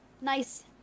Nice